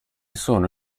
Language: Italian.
sono